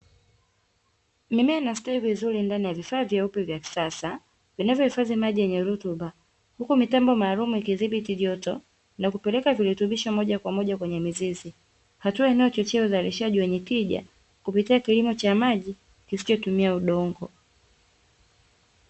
Mimea inastawi vizuri ndani ya vifaa vyeupe vya kisasa, vinavyohifadhi maji yenye rutuba huku mitambo maalumu ikidhibiti joto na kupeleka virutubisho moja kwa moja kwenye mizizi, hatua inayochochea uzalishaji wenye tija kupitia kilimo cha maji kisichotumia udongo.